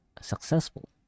successful